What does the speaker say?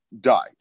died